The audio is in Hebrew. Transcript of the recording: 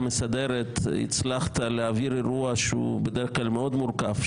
מסדרת הצלחת להעביר אירוע שהוא בדרך-כלל מאוד מורכב,